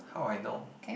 how I know